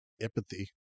Empathy